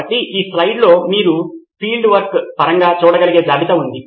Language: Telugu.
కాబట్టి ఈ స్లయిడ్లో మీరు ఫీల్డ్ వర్క్ పరంగా చూడగలిగే జాబితా ఉంది